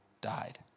died